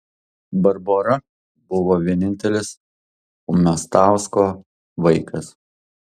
barbora buvo vienintelis umiastausko vaikas